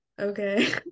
okay